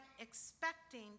expecting